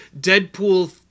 Deadpool